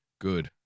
Good